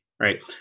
right